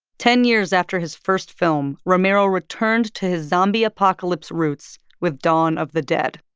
ten years after his first film, romero returned to his zombie apocalypse roots with dawn of the dead.